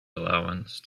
allowance